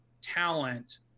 talent